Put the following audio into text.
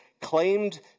claimed